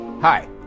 Hi